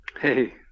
Hey